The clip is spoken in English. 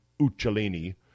Uccellini